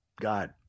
god